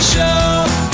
Show